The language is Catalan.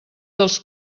dels